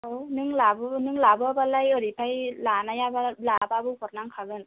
औ नों लाबोआबालाय ओरैहाय लानाया लाबाबो हरनांखागोन